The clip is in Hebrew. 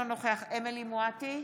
אינו נוכח אמילי חיה מואטי,